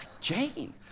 Jane